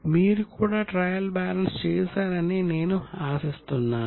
మీరు కూడా trial balance చేశారని నేను ఆశిస్తున్నాను